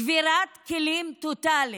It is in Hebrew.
שבירת כלים טוטלית.